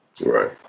Right